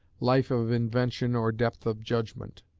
life of invention or depth of judgment.